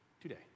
today